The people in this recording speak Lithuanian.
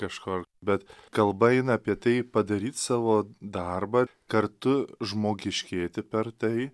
kažko be kalba eina apie tai padaryt savo darbą kartu žmogiškėti per tai